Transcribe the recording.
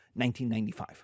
1995